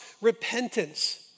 repentance